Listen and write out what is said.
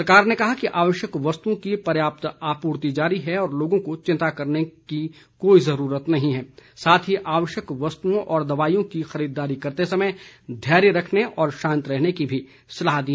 सरकार ने कहा है कि आवश्यक वस्तुओं की पर्याप्त आपूर्ति जारी है और लोगों को चिंता करने की कोई जरूरत नहीं है साथ ही आवश्यक वस्तुओं और दवाईयों की खरीददारी करते समय धैर्य रखने और शांत रहने की भी सलाह दी